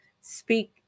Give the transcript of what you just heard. speak